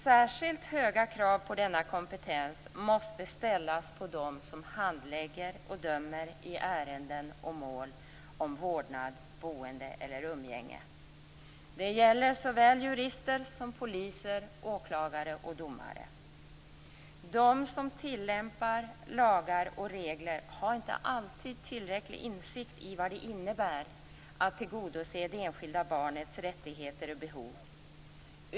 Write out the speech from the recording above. Särskilt höga krav på denna kompetens måste ställas på dem som handlägger och dömer i ärenden och mål om vårdnad, boende eller umgänge. Det gäller såväl jurister som poliser, åklagare och domare. De som tillämpar lagar och regler har inte alltid tillräcklig insikt i vad det innebär att tillgodose det enskilda barnets rättigheter och behov.